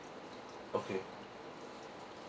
okay